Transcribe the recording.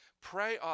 Pray